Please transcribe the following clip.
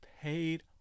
paid